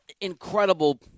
incredible